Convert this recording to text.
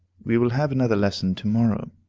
we will have another lesson to-morrow.